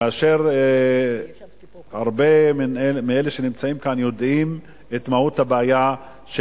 כאשר הרבה מאלה שנמצאים כאן יודעים את מהות הבעיה של